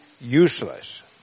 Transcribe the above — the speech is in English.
useless